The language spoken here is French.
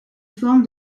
forme